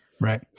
right